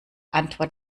antwort